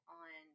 on